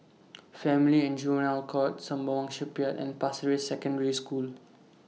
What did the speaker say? Family and Juvenile Court Sembawang Shipyard and Pasir Ris Secondary School